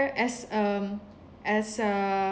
as um as a